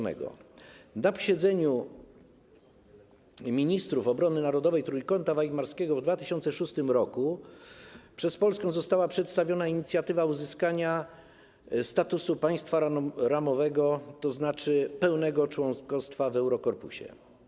Na posiedzeniu ministrów obrony narodowej państw Trójkąta Weimarskiego w 2006 r. przez Polskę została przedstawiona inicjatywa uzyskania statusu państwa ramowego, tzn. pełnego członkostwa w Eurokorpusie.